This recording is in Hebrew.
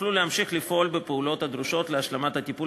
יוכלו להמשיך ולפעול בפעולת הדרושות להשלמת הטיפול